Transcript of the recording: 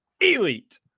Elite